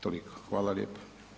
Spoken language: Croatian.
Toliko, hvala lijepo.